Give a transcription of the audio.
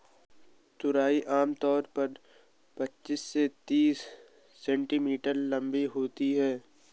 तुरई आम तौर पर पचीस से तीस सेंटीमीटर लम्बी होती है